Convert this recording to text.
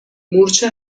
مورچه